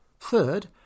Third